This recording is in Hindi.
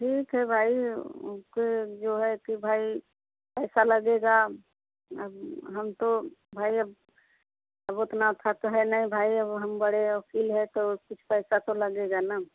ठीक है भाई वह के जो है कि भाई ऐसा लगेगा अब हम तो भाई अब अब उतना था तो है नहीं भाई अब हम बड़े वक़ील है तो कुछ पैसा तो लगेगा ना